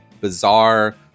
bizarre